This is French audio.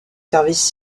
services